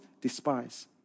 despise